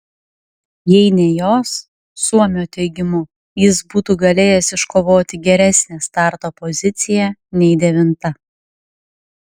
jei ne jos suomio teigimu jis būtų galėjęs iškovoti geresnę starto poziciją nei devinta